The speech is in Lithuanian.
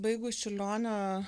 baigus čiurlionio